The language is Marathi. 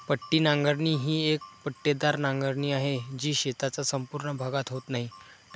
पट्टी नांगरणी ही एक पट्टेदार नांगरणी आहे, जी शेताचा संपूर्ण भागात होत नाही